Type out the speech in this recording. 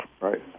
Right